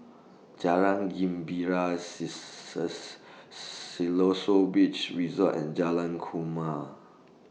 Jalan Gembira Siloso Beach Resort and Jalan Kuma